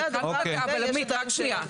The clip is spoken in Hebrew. עמית, רק שנייה.